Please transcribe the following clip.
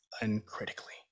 uncritically